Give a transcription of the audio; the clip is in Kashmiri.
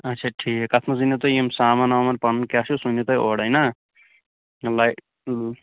اَچھا ٹھیٖک اَتھ منٛز أنو تُہۍ یِم سامان وامان پَنُن کیاہ چھُ سُہ انیو تُہۍ اوڑٕے نہ لٮ۪ک